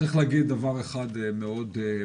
צריך להגיד דבר אחד מאוד ברור.